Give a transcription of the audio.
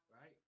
right